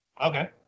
Okay